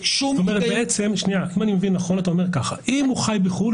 אם אני מבין נכון אתה אומר שאם הוא חי בחוץ לארץ,